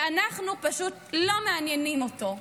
ואנחנו פשוט לא מעניינים אותו?